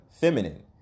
feminine